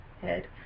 Head